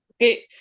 Okay